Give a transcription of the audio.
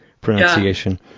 pronunciation